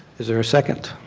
is there a second?